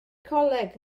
coleg